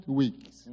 weeks